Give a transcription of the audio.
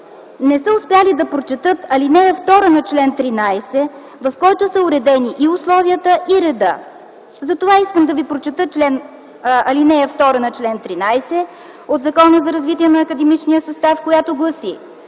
не са успели да прочетат ал. 2 на чл. 13, в която са уредени и условията, и редът. Затова искам да ви прочета ал. 2 на чл. 13 от Закона за развитието на академичния състав, която гласи: